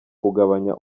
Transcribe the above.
kugabanya